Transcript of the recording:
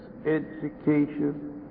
education